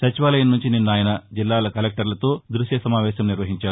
సచివాలయం నుంచి నిన్న ఆయన జిల్లాల కలెక్టర్లతో ధృశ్య సమావేశం నిర్వహించారు